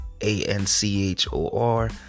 A-N-C-H-O-R